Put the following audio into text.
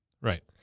Right